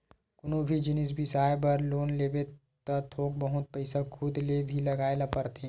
कोनो भी जिनिस बिसाए बर लोन लेबे त थोक बहुत पइसा खुद ल भी लगाए ल परथे